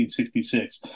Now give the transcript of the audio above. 1966